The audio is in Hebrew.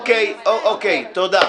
אוקיי, תודה.